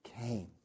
came